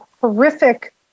horrific